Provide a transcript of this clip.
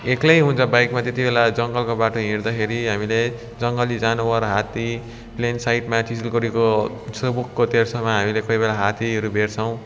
एक्लै हुँदा बाइकमा त्यतिबेला जङ्गलको बाटो हिँड्दाखेरि हामीले जङ्गली जनावर हात्ती प्लेन साइडमा सिलगढीको सेभोकको तेर्सोमा हामीले कोही बेला हात्तीहरू भेट्छौँ